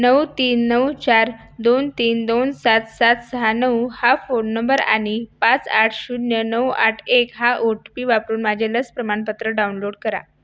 नऊ तीन नऊ चार दोन तीन दोन सात सात सहा नऊ हा फोन नंबर आणि पाच आठ शून्य नऊ आठ एक हा ओटीपी वापरून माझे लस प्रमाणपत्र डाउनलोड करा